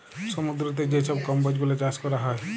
সমুদ্দুরেতে যে ছব কম্বজ গুলা চাষ ক্যরা হ্যয়